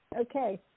Okay